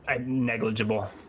Negligible